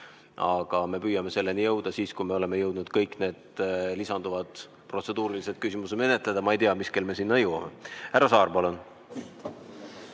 Me püüame selleni jõuda siis, kui me oleme jõudnud kõik veel lisanduvad protseduurilised küsimused menetleda, aga ma ei tea, mis kell me sinna jõuame. Härra Saar, palun!